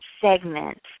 segment